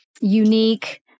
unique